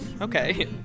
okay